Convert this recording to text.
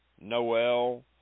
Noel